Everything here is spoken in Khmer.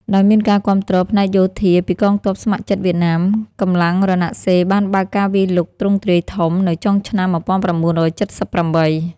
ដោយមានការគាំទ្រផ្នែកយោធាពីកងទ័ពស្ម័គ្រចិត្តវៀតណាម កម្លាំងរណសិរ្សបានបើកការវាយលុកទ្រង់ទ្រាយធំនៅចុងឆ្នាំ ១៩៧៨។